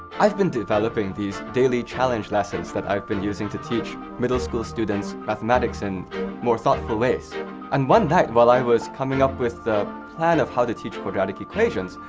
i've been developing these daily challenge lessons that i've been using to teach middle school students mathematics in more thoughtful ways and one night while i was coming up with the plan of how to teach quadratic equations,